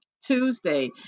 Tuesday